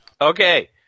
Okay